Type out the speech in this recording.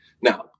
Now